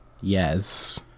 Yes